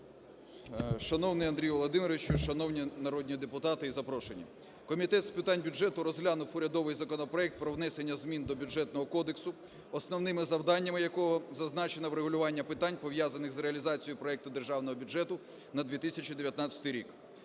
Шановний Андрію Володимировичу, шановні народні депутати і запрошені! Комітет з питань бюджету розглянув урядовий законопроект про внесення змін до Бюджетного кодексу, основними завданнями якого зазначено врегулювання питань, пов'язаних з реалізацією проекту Державного бюджету на 2019 рік.